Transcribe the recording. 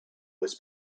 was